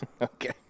Okay